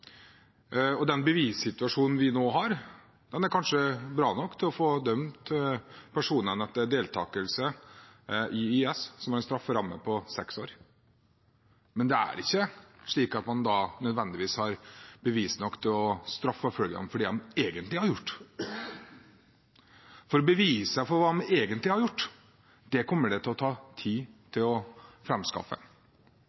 IS-krigere: Den bevissituasjonen vi nå har, er kanskje bra nok til å få dømt personer for deltakelse i IS, som har en strafferamme på seks år, men det er ikke slik at man nødvendigvis har bevis nok til å straffeforfølge dem for det de egentlig har gjort. For bevisene for hva de egentlig har gjort, kommer det til å ta tid